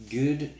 good